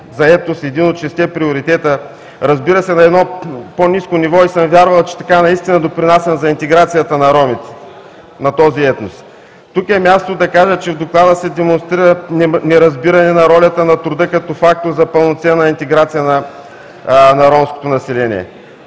„Заетост“ – един от шестте приоритета, разбира се, на едно по-ниско ниво, и съм вярвал, че така наистина допринасям за интеграцията на ромите, на този етнос. Тук е мястото да кажа, че в Доклада се демонстрира неразбиране на ролята на труда, като фактор за пълноценна интеграция на ромското население.